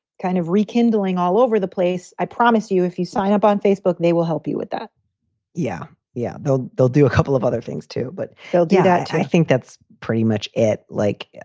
kind of rekindling all over the place, i promise you, if you sign up on facebook, they will help you with that yeah, yeah. they'll they'll do a couple of other things, too, but they'll do that. i think that's pretty much it. like,